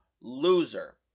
loser